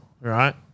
right